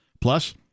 Plus